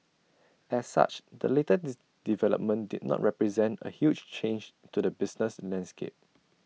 as such the latest development did not represent A huge change to the business landscape